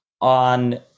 on